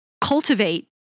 cultivate